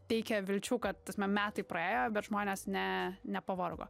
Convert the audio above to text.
teikia vilčių kad tasme metai praėjo bet žmonės ne nepavargo